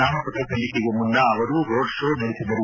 ನಾಮಪತ್ರ ಸಲ್ಲಿಕೆಗೆ ಮುನ್ನ ಅವರು ರೋಡ್ ಶೋ ನಡೆಸಿದರು